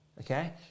Okay